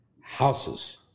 houses